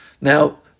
Now